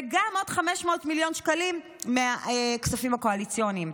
וגם עוד 500 מיליון שקלים מהכספים הקואליציוניים.